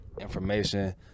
information